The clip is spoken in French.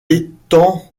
étend